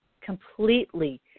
completely